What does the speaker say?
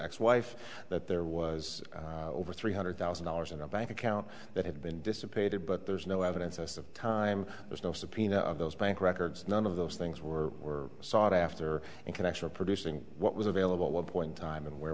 ex wife that there was over three hundred thousand dollars in a bank account that had been dissipated but there's no evidence of time there's no subpoena of those bank records none of those things were were sought after international producing what was available one point time and where